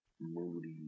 moody